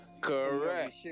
Correct